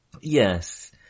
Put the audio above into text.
Yes